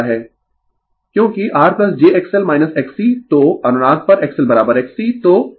क्योंकि R jXL XC तो अनुनाद पर XLXC